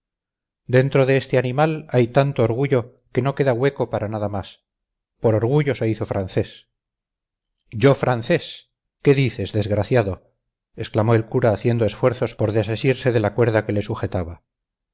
dentro de este animal hay tanto orgullo que no queda hueco para nada más por orgullo se hizo francés yo francés qué dices desgraciado exclamó el cura haciendo esfuerzos por desasirse de la cuerda que le sujetaba